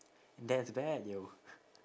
that's bad yo